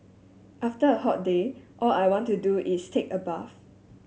after a hot day all I want to do is take a bath